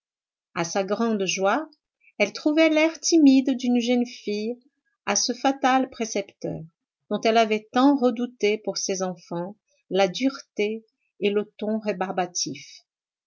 a sa grande joie elle trouvait l'air timide d'une jeune fille à ce fatal précepteur dont elle avait tant redouté pour ses enfants la dureté et le ton